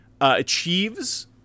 achieves